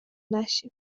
نشیم